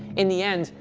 in the end,